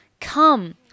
Come